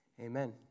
amen